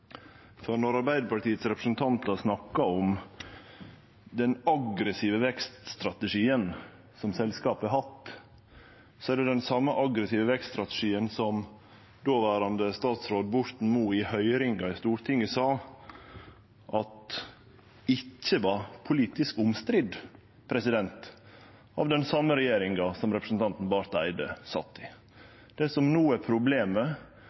For når Arbeidarpartiets representantar snakkar om den aggressive vekststrategien som selskapet har hatt, er det den same aggressive vekststrategien som dåverande statsråd Borten Moe i høyringa i Stortinget sa at ikkje var politisk omstridd av den same regjeringa som representanten Barth Eide sat i. Det som no er problemet,